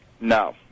No